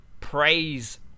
Praise